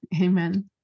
Amen